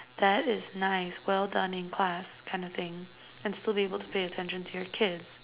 that is nice well done in class kind of thing and still be able to pay attention to your kids